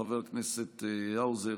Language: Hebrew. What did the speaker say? חבר הכנסת האוזר,